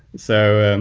so, and